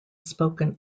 spoken